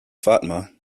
fatima